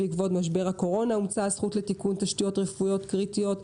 בעקבות משבר הקורונה הומצאה הזכות לתיקון תשתיות רפואיות קריטיות.